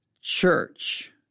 church